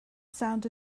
sound